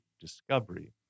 discovery